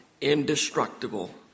indestructible